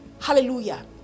Hallelujah